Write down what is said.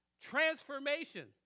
Transformation